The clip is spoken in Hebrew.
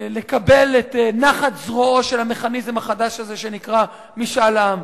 לקבל את נחת זרועו של המכניזם החדש הזה שנקרא משאל עם.